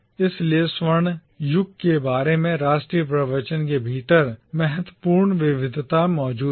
इसलिए स्वर्ण युग के बारे में राष्ट्रीय प्रवचन के भीतर महत्वपूर्ण विविधता मौजूद है